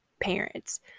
parents